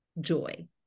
joy